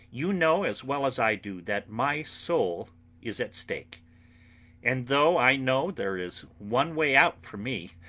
you know as well as i do, that my soul is at stake and though i know there is one way out for me,